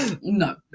no